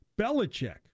Belichick